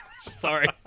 Sorry